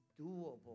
doable